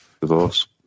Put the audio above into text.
Divorce